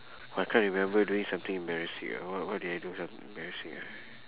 I can't remember doing something embarrassing eh what what did I do something embarrassing ah